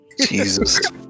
Jesus